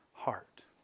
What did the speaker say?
heart